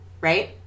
right